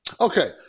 Okay